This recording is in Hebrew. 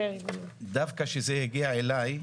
דווקא כשזה הגיע אלי,